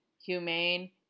humane